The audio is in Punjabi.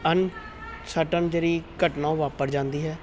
ਅਨ ਸੇਟੇਂਜਰੀ ਘਟਨਾ ਵਾਪਰ ਜਾਂਦੀ ਹੈ